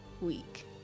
week